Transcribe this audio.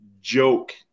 joke